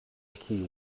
key